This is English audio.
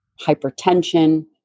hypertension